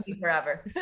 Forever